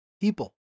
people